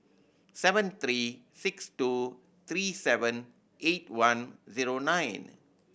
seven three six two three seven eight one zero nine